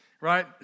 right